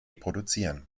produzieren